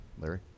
Larry